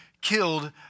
killed